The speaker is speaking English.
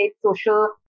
social